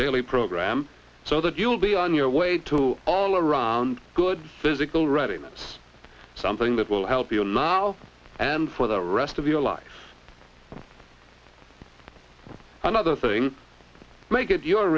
daily program so that you'll be on your way to all around good physical reading that's something that will help you and for the rest of your life another thing make it your